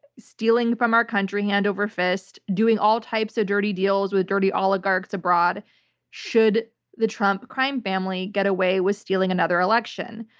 stealing from our country hand over fist, doing all types of dirty deals with dirty oligarchs abroad should the trump crime family get away with stealing another election.